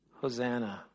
Hosanna